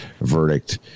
verdict